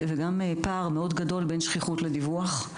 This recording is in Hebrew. וגם פער מאוד גדול בין שכיחות לדיווח.